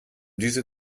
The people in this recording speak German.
diese